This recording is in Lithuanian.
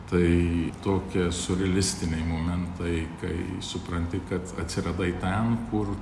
tai tokie surialistiniai momentai kai supranti kad atsiradai ten kur